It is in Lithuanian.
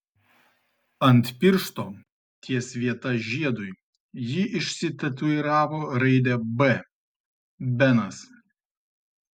ant piršto ties vieta žiedui ji išsitatuiravo raidę b benas